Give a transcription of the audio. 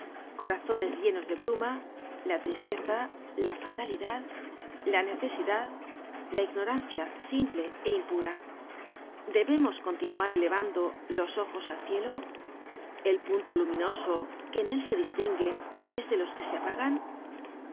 corazones llenos de bruma la tristeza la fatalidad la necesidad la ignorancia simple é impura content from google book search generated at debemos continuar elevando los ojos al cielo el punto luminoso que en él se distingue es de los que se apagan